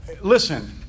listen